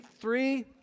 three